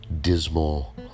dismal